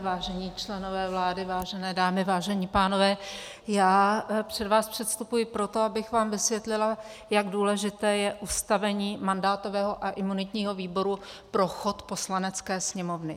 Vážení členové vlády, vážené dámy, vážení pánové, předstupuji před vás proto, abych vám vysvětlila, jak důležité je ustavení mandátového a imunitního výboru pro chod Poslanecké sněmovny.